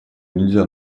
нельзя